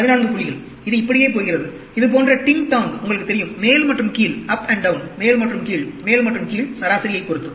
14 புள்ளிகள் இது இப்படியே போகிறது இது போன்ற டிங் டாங் உங்களுக்குத் தெரியும் மேல் மற்றும் கீழ் மேல் மற்றும் கீழ் மேல் மற்றும் கீழ் சராசரியைப் பொறுத்து